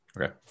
okay